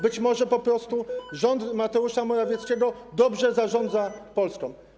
Być może po prostu rząd Mateusza Morawieckiego dobrze zarządza Polską?